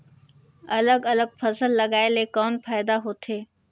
अलग अलग फसल लगाय ले कौन फायदा होथे?